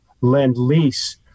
Lend-Lease